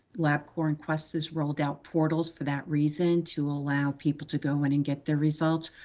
labcorp and quest has rolled out portals for that reason to allow people to go in and get their results.